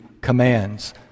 commands